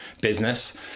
business